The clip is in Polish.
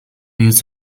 jest